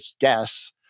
guess